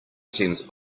seems